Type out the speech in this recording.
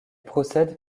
procèdent